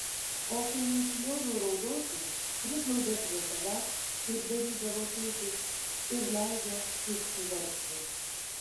o kai nesilioviau raudoti priglaudė prie savęs kaip darydavo tėtis ir leido išsiverkti